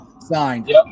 signed